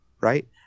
Right